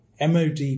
MOD